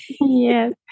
Yes